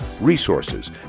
resources